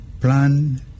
plan